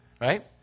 right